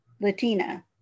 Latina